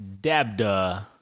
Dabda